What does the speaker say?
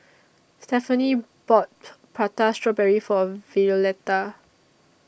Stefani bought Prata Strawberry For Violeta